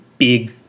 Big